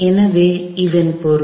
எனவே இதன் பொருள்